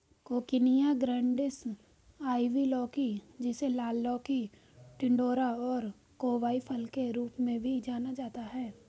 coccinia grandis, ivy लौकी, जिसे लाल लौकी, टिंडोरा और कोवाई फल के रूप में भी जाना जाता है